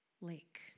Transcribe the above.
lake